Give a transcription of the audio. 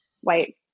white